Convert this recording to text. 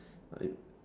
like